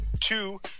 two